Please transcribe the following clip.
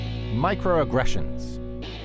Microaggressions